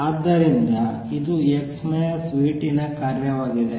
ಆದ್ದರಿಂದ ಇದು x v t ನ ಕಾರ್ಯವಾಗಿದೆ